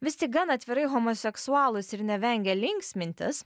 vis tik gan atvirai homoseksualūs ir nevengę linksmintis